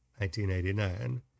1989